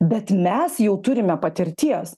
bet mes jau turime patirties